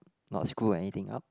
not screw anything up